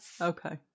Okay